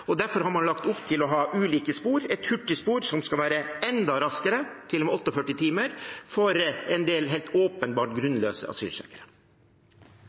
Derfor har man lagt opp til å ha ulike spor, bl.a. et hurtigspor, som skal være enda raskere – bare 48 timer – for en del helt åpenbart grunnløse